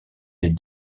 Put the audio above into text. des